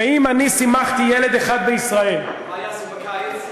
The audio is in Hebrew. ואם אני שימחתי ילד אחד בישראל מה יעשו בקיץ?